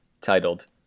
titled